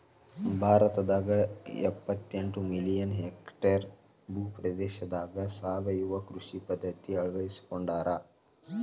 ಭಾರತದಾಗ ಎಪ್ಪತೆಂಟ million hectare ಭೂ ಪ್ರದೇಶದಾಗ ಸಾವಯವ ಕೃಷಿ ಪದ್ಧತಿ ಅಳ್ವಡಿಸಿಕೊಂಡಾರ